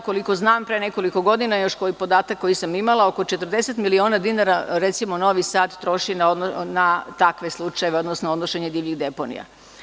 Koliko znam, pre nekoliko godina podatak koji sam imala oko 40 miliona dinara recimo, Novi Sad troši na takve slučajeve, odnosno odnošenje divljih deponija.